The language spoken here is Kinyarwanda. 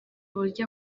uburyo